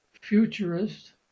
futurist